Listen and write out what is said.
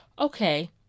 okay